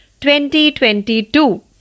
2022